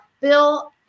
Bill